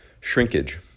Shrinkage